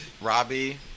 Robbie